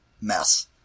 mess